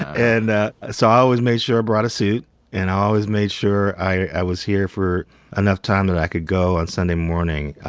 and ah ah so, i always made sure i brought a suit and i always made sure i was here for enough time that i could go on sunday morning, morning,